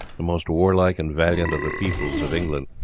the most warlike and valiant of the peoples of england,